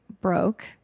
broke